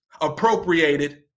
appropriated